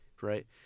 right